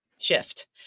shift